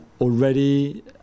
already